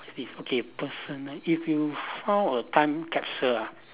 what's this personal if you found a time capsule ah